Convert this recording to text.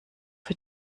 für